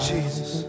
Jesus